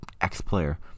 X-player